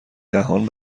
دهان